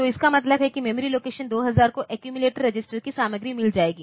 तो इसका मतलब है कि मेमोरी लोकेशन 2000 को एक्यूमिलेटर रजिस्टर की सामग्री मिल जाएगी